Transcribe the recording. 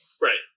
Right